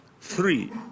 Three